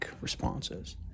responses